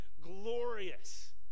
glorious